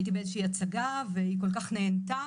הייתי באיזושהי הצגה והיא כל כך נהנתה